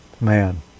Man